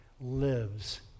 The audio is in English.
lives